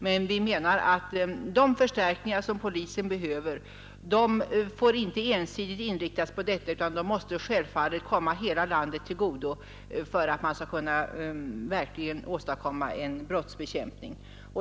Men vi menar att de förstärkningar som polisen behöver inte ensidigt får inriktas på de mindre polisdistrikten, utan de måste självfallet komma hela landet till godo för att brottsbekämpningen verkligen skall bli effektiv.